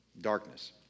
darkness